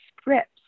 scripts